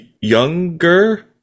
younger